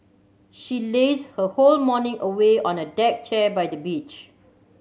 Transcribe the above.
she lazed her whole morning away on a deck chair by the beach